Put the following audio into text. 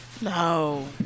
No